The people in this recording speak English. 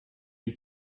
you